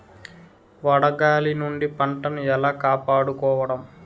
వడగాలి నుండి పంటను ఏలా కాపాడుకోవడం?